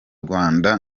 rwanda